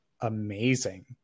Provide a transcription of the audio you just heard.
amazing